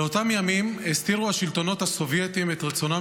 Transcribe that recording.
באותם ימים הסתירו השלטונות הסובייטים את רצונם